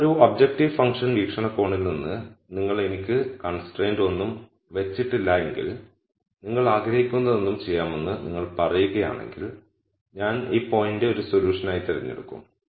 ഇപ്പോൾ ഒരു objective function വീക്ഷണകോണിൽ നിന്ന് നിങ്ങൾ എനിക്ക് കോൺസ്ട്രയിന്റ് ഒന്നും വച്ചിട്ടില്ല എങ്കിൽ നിങ്ങൾ ആഗ്രഹിക്കുന്നതെന്തും ചെയ്യാമെന്ന് നിങ്ങൾ പറയുകയാണെങ്കിൽ ഞാൻ ഈ പോയിന്റ് ഒരു സൊല്യൂഷനായി തിരഞ്ഞെടുക്കും